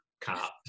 cop